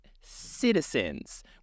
citizens